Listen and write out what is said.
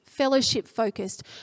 Fellowship-focused